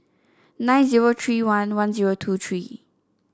nine zero three one one zero two three